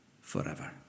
forever